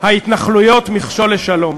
ההתנחלויות מכשול לשלום.